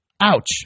ouch